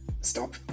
stop